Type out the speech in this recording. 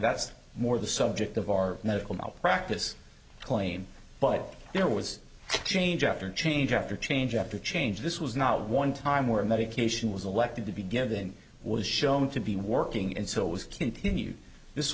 abouts more the subject of our medical malpractise claim but there was a change after change after change after change this was not one time where a medication was elected to be given was shown to be working and so it was continue this